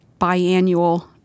biannual